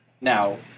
Now